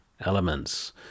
elements